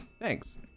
thanks